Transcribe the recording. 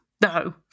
No